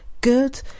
good